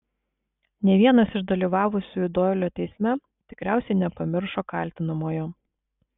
nė vienas iš dalyvavusiųjų doilio teisme tikriausiai nepamiršo kaltinamojo